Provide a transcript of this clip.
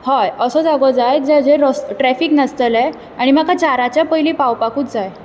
होय असो जागो जाय जाचेर रोस् ट्रेफीक नासतलें आनी म्हाका चाराच्या पयलीं पावपाकूच जाय